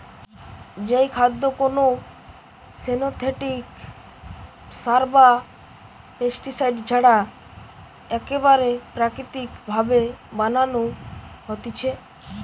যেই খাদ্য কোনো সিনথেটিক সার বা পেস্টিসাইড ছাড়া একেবারে প্রাকৃতিক ভাবে বানানো হতিছে